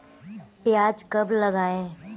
प्याज कब लगाएँ?